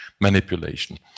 manipulation